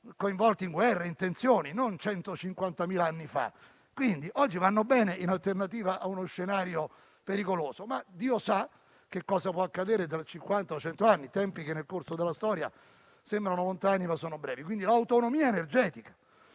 coinvolti in guerre e tensioni. Quindi oggi vanno bene in alternativa a uno scenario pericoloso, ma Dio sa che cosa può accadere tra cinquanta o cent'anni, tempi che nel corso della storia sembrano lontani ma sono brevi. C'è il tema dell'autonomia energetica.